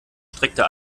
streckte